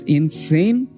insane